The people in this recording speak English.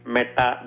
Meta